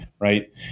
Right